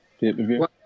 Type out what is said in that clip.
pay-per-view